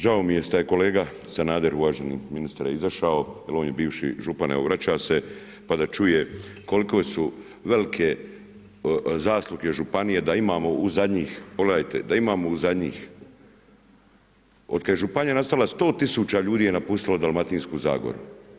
Žao mi je što je kolega Sanader, uvaženi ministre izašao, jer je on bivši župan, evo vrača se, pa da čuje koliko su velike zasluge županije da imamo u zadnjih, pogledajte da imamo u zadnjih od kad je županija nastala 100 tisuća ljudi je napustilo Dalmatinsku zagoru.